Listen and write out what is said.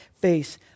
face